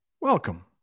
welcome